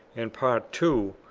and part two,